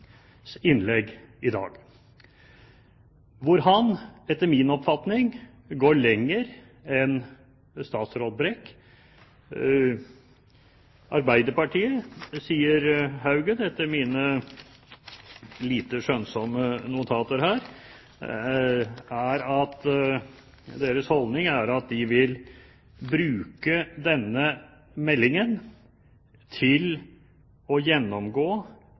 hvor han etter min oppfatning går lenger enn statsråd Brekk. Arbeiderpartiets holdning, sier Haugen, etter mine lite skjønnsomme notater her, er at de vil bruke denne meldingen til å gjennomgå